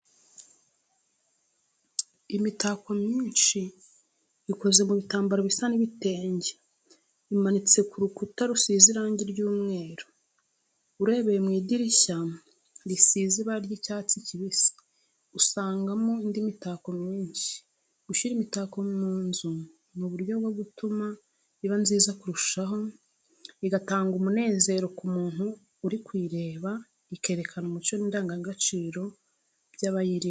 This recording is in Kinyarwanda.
Imitako myinshi ikoze mu bitambaro bisa n'ibitenge, imanitse ku rukuta rusize irangi ry'umweru. Urebeye mu idirishya risize ibara ry'icyatsi kibisi, usangamo indi mitako myinshi. Gushyira imitako mu nzu ni uburyo bwo gutuma iba nziza kurushaho, igatanga umunezero ku muntu uri kuyireba, ikerekana umuco n’indangagaciro by’abayirimo